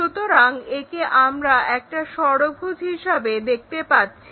সুতরাং একে আমরা একটা ষড়ভুজ হিসাবে দেখতে পাচ্ছি